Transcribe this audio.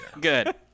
Good